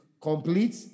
complete